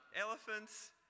elephants